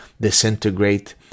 disintegrate